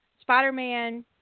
Spider-Man